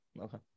Okay